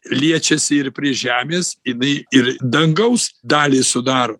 liečiasi ir prie žemės jinai ir dangaus dalį sudaro